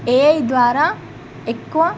ఏ I ద్వారా ఎక్కువ